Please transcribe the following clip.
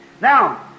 Now